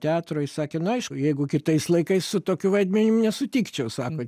teatro jis sakė nu aišku jeigu kitais laikais su tokiu vaidmenim nesutikčiau sako